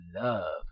love